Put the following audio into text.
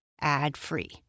ad-free